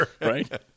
Right